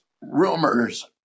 rumors